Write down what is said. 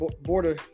border